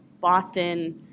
Boston